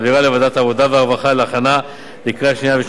לוועדת העבודה והרווחה להכנה לקריאה שנייה ושלישית.